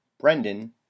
brendan